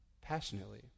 passionately